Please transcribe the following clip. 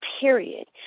period